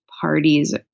parties